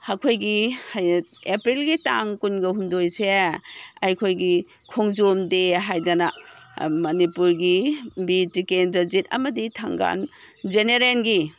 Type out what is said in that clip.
ꯑꯩꯈꯣꯏꯒꯤ ꯑꯦꯄ꯭ꯔꯤꯜꯒꯤ ꯇꯥꯡ ꯀꯨꯟꯒ ꯍꯨꯝꯗꯣꯏꯁꯦ ꯑꯩꯈꯣꯏꯒꯤ ꯈꯣꯡꯖꯣꯝ ꯗꯦ ꯍꯥꯏꯗꯅ ꯃꯅꯤꯄꯨꯔꯒꯤ ꯕꯤꯔ ꯇꯤꯀꯦꯟꯗ꯭ꯔꯖꯤꯠ ꯑꯃꯗꯤ ꯊꯥꯡꯒꯥꯜ ꯖꯦꯅꯦꯔꯦꯜꯒꯤ